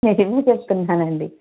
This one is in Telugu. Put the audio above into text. నిజమే చెప్తున్నానండీ